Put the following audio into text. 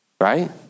right